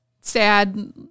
sad